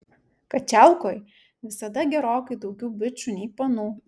kačialkoj visada gerokai daugiau bičų nei panų